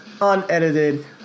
unedited